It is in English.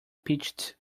pitched